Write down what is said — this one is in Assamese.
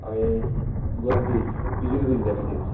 অঁ এ গুৱাহাটী বিজুলী কলিতা মেধি